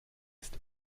ist